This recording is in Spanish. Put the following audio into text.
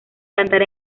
cantar